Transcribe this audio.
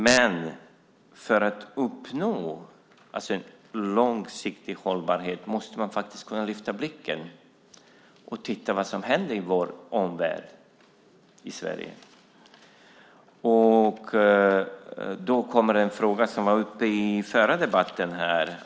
Men för att uppnå långsiktig hållbarhet måste man faktiskt kunna lyfta blicken och titta efter vad som händer i vår omvärld i Sverige. Då kommer en fråga som var uppe i förra debatten här.